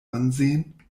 ansehen